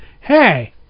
hey